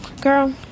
Girl